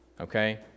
Okay